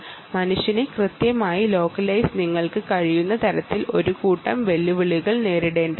മനുഷ്യനെ കൃത്യമായി ലോക്കലൈസ് ചെയ്യുന്ന തിനായി പലതരം വെല്ലുവിളികൾ നേരിടേണ്ടതുണ്ട്